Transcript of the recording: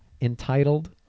Entitled